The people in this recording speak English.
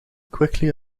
quickly